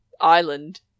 island